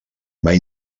mai